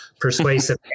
persuasive